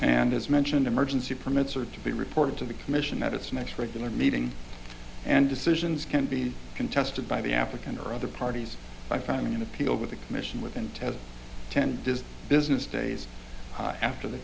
and as mentioned emergency permits are to be reported to the commission at its next regular meeting and decisions can be contested by the african or other parties by filing an appeal with the commission within ten ten business days after the